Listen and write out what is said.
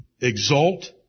exalt